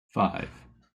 five